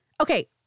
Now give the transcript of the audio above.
Okay